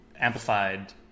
amplified